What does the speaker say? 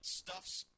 stuff's